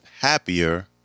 happier